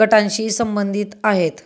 गटांशी संबंधित आहेत